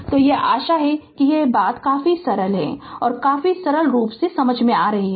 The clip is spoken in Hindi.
तो यह आशा है कि ये बातें काफी सरल काफी सरल समझ में आती हैं